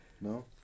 No